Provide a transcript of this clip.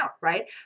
right